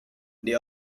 they